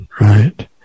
Right